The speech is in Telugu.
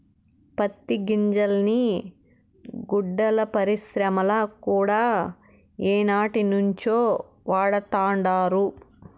పత్తి గింజల్ని గుడ్డల పరిశ్రమల కూడా ఏనాటినుంచో వాడతండారు